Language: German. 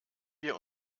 wir